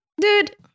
Dude